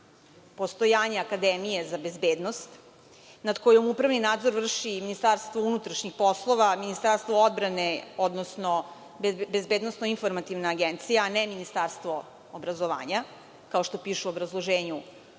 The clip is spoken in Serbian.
postojanje Akademije za bezbednost nad kojom upravni nadzor vrši Ministarstvo unutrašnjih poslova, Ministarstvo odbrane, odnosno Bezbednosno-informativna agencija, a ne Ministarstvo obrazovanja, kao što piše u obrazloženju